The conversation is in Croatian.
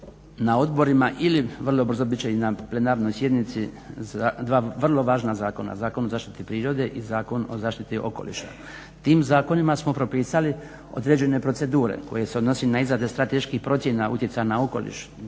na odborima ili vrlo brzo bit će i na plenarnoj sjednici dva vrlo važna zakona, Zakon o zaštiti prirode i Zakon o zaštiti okoliša. Tim zakonima smo propisali određene procedure koje se odnose na izradu strateških procjena utjecaja na okoliš,